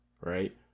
right